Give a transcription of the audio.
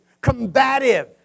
combative